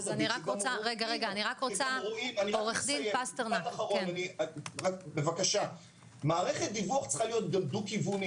הברית מערכת דיווח צריכה להיות דו-כיוונית.